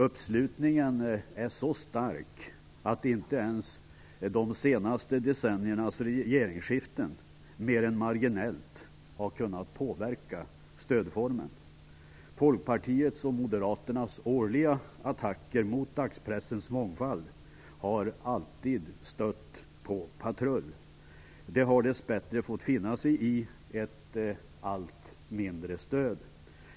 Uppslutningen är så stark att inte ens de senaste decenniernas regeringsskiften mer än marginellt har kunnat påverka stödformen. Folkpartiets och Moderaternas årliga attacker mot dagspressens mångfald har alltid stött på patrull. De har dess bättre fått finna sig i ett allt mindre stöd.